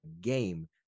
game